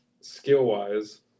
skill-wise